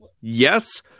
yes